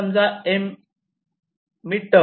समजा 'M' मी metre